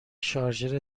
شارژر